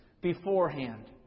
beforehand